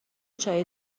چایی